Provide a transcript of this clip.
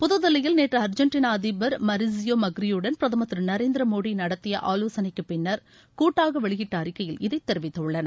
புதுதில்லியில் நேற்று அர்ஜென்டினா அதிபர் மரிஸியோ மக்ரிபடன் பிரதமர் திரு நரேந்திர மோடி நடத்திய ஆலோசனைக்கு பின்னர் கூட்டாக வெளியிட்ட அறிக்கையில் இதை தெரிவித்துள்ளனர்